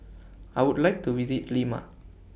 I Would like to visit Lima